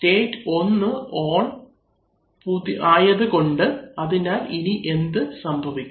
state 1 on ആയതു കണ്ടു അതിനാൽ ഇനി എന്ത് സംഭവിക്കും